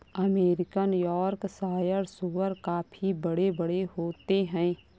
American Yorkshire सूअर काफी बड़े बड़े होते हैं